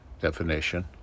definition